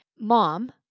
mom